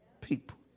people